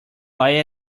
buy